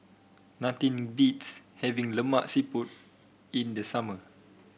nothing beats having Lemak Siput in the summer